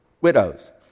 widows